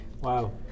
Wow